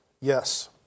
Yes